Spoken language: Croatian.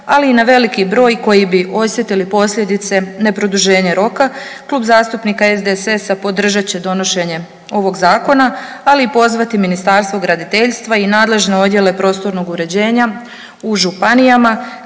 ali i na veliki broj koji bi osjetili posljedice ne produženja roka, Klub zastupnika SDSS-a podržat će donošenje ovog zakona, ali i pozvati Ministarstvo graditeljstva i nadležne odjele prostornog uređenja u županijama